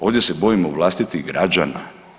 Ovdje se bojimo vlastitih građana.